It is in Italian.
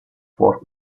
fort